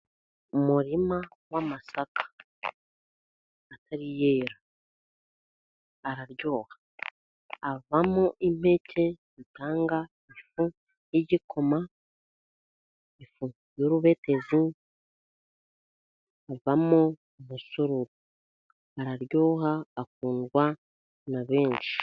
Umurima w'amasaka atari yera. Araryoha. Avamo impeke zitanga ifu y'igikoma, ifu y'urubetezi, avamo umusururu. Araryoha, akundwa na benshi.